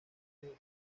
notre